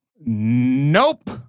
nope